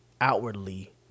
outwardly